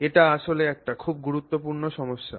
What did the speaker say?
এটি আসলে একটি খুব গুরুত্বপূর্ণ সমস্যা